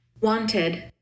Wanted